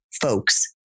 folks